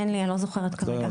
אני לא זוכרת כרגע.